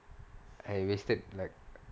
I wasted like